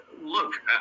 look